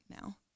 now